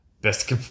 Best